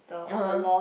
(uh huh)